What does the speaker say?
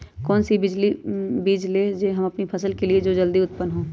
कौन सी बीज ले हम अपनी फसल के लिए जो जल्दी उत्पन हो?